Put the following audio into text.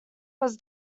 was